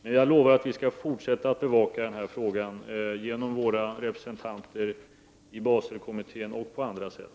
Men jag lovar att vi skall fortsätta att bevaka den här frågan genom våra representanter i Baselkommittén och på andra sätt.